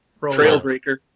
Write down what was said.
Trailbreaker